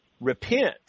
Repent